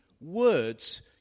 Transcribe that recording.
words